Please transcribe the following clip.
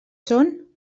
són